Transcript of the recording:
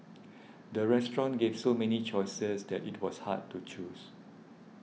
the restaurant gave so many choices that it was hard to choose